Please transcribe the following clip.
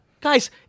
Guys